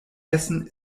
essen